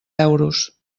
euros